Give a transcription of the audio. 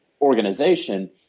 organization